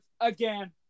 again